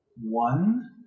one